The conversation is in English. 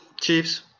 Chiefs